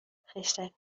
خشتک